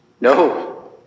No